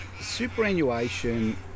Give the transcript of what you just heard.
superannuation